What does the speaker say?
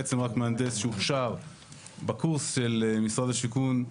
בעצם רק מהנדס שהוכשר בקורס של משרד השיכון,